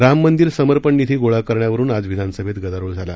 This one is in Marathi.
राम मंदिर समर्पण निधी गोळा करण्यावरुन आज विधानसभेत गदारोळ झाला